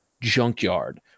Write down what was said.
junkyard